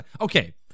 Okay